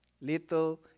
Little